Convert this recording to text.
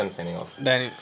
Daniel